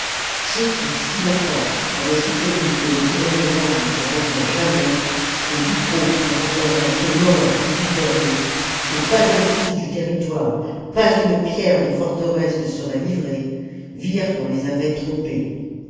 ceux qui si longtemps avaient soutenu que le gouvernement ne se rendrait jamais que ducrot ne rentrerait que mort ou victorieux que pas un pouce du territoire pas une pierre des forteresses ne serait livrés virent qu'on les avait trompés